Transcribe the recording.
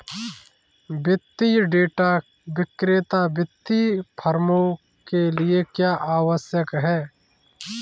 वित्तीय डेटा विक्रेता वित्तीय फर्मों के लिए क्यों आवश्यक है?